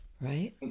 Right